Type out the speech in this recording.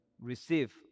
receive